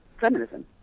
feminism